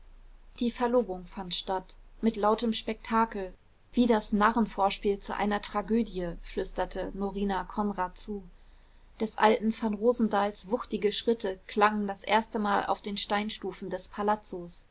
die verlobung fand statt mit lautem spektakel wie das narrenvorspiel zu einer tragödie flüsterte norina konrad zu des alten vanrosendahls wuchtige schritte klangen das erstemal auf den steinstufen des palazzos